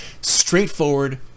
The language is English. straightforward